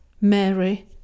Mary